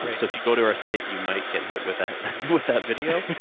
i mean so, if you go to our site you might get hit with that with that video.